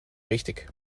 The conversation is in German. richtig